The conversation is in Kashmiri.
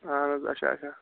اہن حظ اچھا اچھا